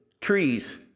trees